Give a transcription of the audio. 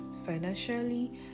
Financially